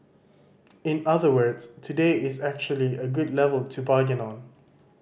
in other words today is actually a good level to bargain on